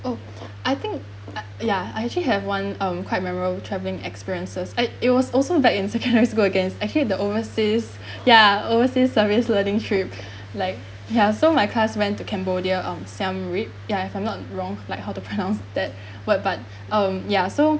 oh I think I ya I actually have one um quite memorable travelling experiences I it was also back in secondary school again actually the overseas ya overseas service learning trips like ya so my class went to cambodia um siem reap ya if I'm not wrong like how to pronounce that word but um ya so